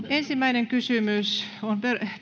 ensimmäinen kysymys